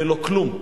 ולא כלום.